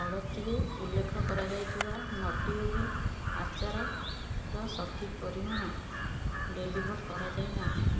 ଅର୍ଡ଼ର୍ଟିରେ ଉଲ୍ଲେଖ କରାଯାଇଥିବା ନଟି ୟୋଗୀ ଆଚାରର ସଠିକ୍ ପରିମାଣ ଡେଲିଭର୍ କରାଯାଇ ନାହିଁ